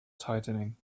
tightening